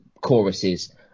choruses